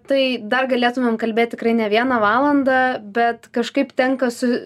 tai dar galėtumėm kalbėt tikrai ne vieną valandą bet kažkaip tenka su